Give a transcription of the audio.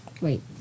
Wait